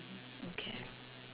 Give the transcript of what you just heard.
okay